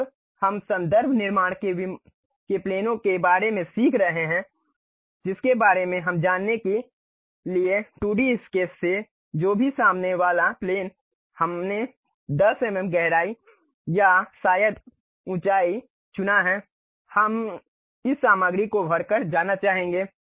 जब हम संदर्भ निर्माण के विमानों के बारे में अधिक सीख रहे हैं जिसके बारे में हम जानेंगे लेकिन 2D स्केच से जो भी सामने वाला प्लेन हमने 10 एमएम गहराई या शायद ऊँचाई चुना है हम इस सामग्री को भरकर जाना चाहेंगे